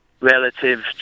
relative